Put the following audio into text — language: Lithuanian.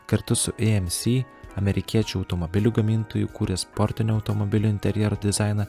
kartu su ė em sy amerikiečių automobilių gamintojų kūrė sportinio automobilio interjero dizainą